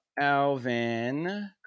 Alvin